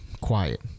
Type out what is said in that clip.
quiet